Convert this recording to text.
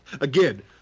again